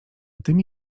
tymi